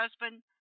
husband